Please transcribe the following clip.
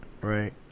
right